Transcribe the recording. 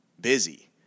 busy